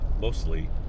mostly